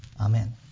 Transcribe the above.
Amen